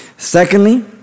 Secondly